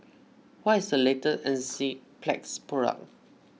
what is the latest Enzyplex product